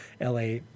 la